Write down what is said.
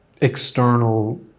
external